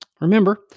Remember